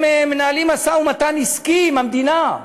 הם מנהלים משא-ומתן עסקי עם המדינה,